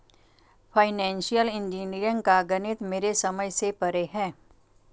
financial engineering का गणित मेरे समझ से परे है